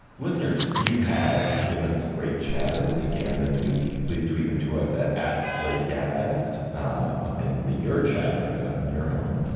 listeners, you have given us great chatters again this week. please tweet them to us at at slate. gabfest something that your chattering about in your home.